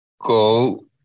go